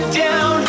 down